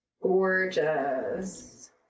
Gorgeous